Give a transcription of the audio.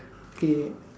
okay